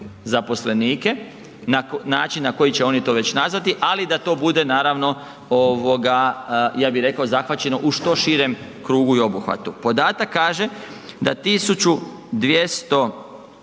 zaposlenike na način na koji će oni to već nazvati, ali da to bude naravno ovoga ja bih rekao zahvaćeno u što širem krugu i obuhvatu. Podatak kaže da 1.200,